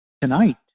tonight